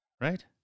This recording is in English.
right